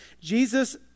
Jesus